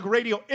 Radio